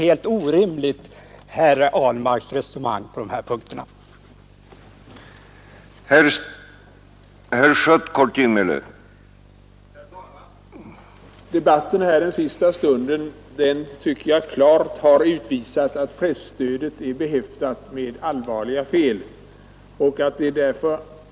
Herr Ahlmarks resonemang på dessa punkter är helt orimligt.